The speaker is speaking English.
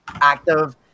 active